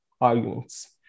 arguments